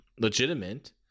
Legitimate